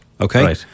Okay